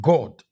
God